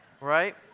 Right